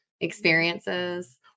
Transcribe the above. experiences